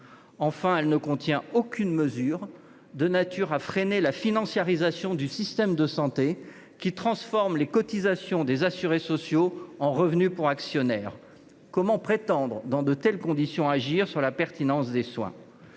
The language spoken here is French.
il ne contient aucune mesure de nature à freiner la financiarisation du système de santé, qui transforme les cotisations des assurés sociaux en revenus pour actionnaires. Comment, dans de telles conditions, prétendre agir sur la pertinence des soins ?